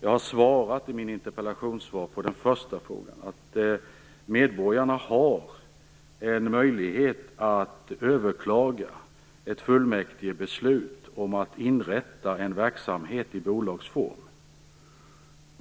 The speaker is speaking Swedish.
I mitt interpellationssvar har jag svarat på den första frågan. Medborgarna har en möjlighet att överklaga ett fullmäktigebeslut om att inrätta en verksamhet i bolagsform.